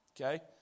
okay